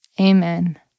amen